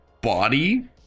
body